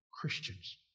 Christians